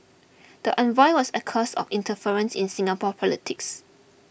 the envoy was accused of interference in Singapore politics